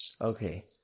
Okay